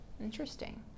Interesting